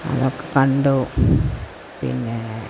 അതൊക്കെ കണ്ടു പിന്നെ